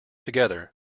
together